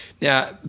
Now